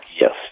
Yes